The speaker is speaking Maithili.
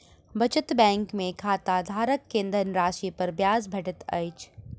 बचत बैंक में खाताधारक के धनराशि पर ब्याज भेटैत अछि